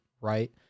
right